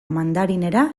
mandarinera